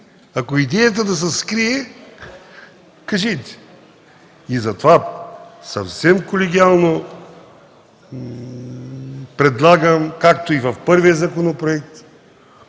Ако идеята е да се скрие, кажете. Затова съвсем колегиално предлагам, както и в първия законопроект